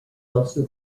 also